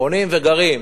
קונים וגרים,